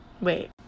Wait